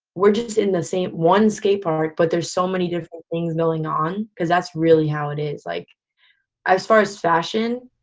we're just in one skate park, but there's so many different things going on, because that's really how it is. like as far as fashion,